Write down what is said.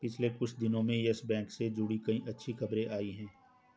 पिछले कुछ दिनो में यस बैंक से जुड़ी कई अच्छी खबरें आई हैं